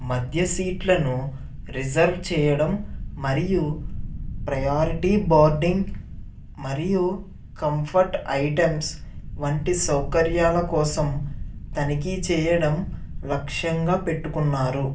మధ్య సీట్లను రిజర్వ్ చెయ్యడం మరియు ప్రయారిటీ బోర్డింగ్ మరియు కంఫర్ట్ ఐటమ్స్ వంటి సౌకర్యాల కోసం తనిఖీ చెయ్యడం లక్ష్యంగా పెట్టుకున్నారు